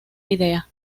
idea